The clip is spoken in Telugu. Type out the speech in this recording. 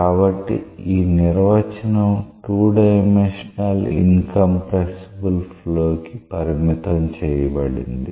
కాబట్టి ఈ నిర్వచనం 2 డైమెన్షనల్ ఇన్ కంప్రెసిబుల్ ఫ్లో కి పరిమితం చేయబడింది